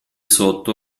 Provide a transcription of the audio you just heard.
sotto